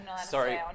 Sorry